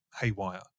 haywire